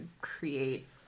create